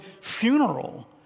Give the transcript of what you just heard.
funeral